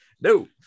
No